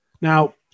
Now